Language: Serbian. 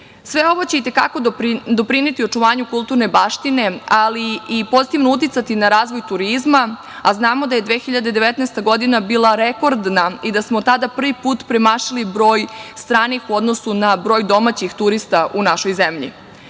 ovo će i te kako doprineti očuvanju kulturne baštine, ali i pozitivno uticati na razvoj turizma, a znamo da je 2019. godina bila rekordna i da smo tada prvi put premašili broj stranih u odnosu na broj domaćih turista u našoj zemlji.